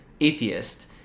atheist